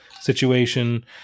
situation